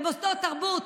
למוסדות תרבות